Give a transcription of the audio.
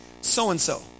so-and-so